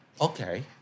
Okay